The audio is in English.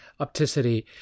opticity